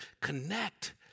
connect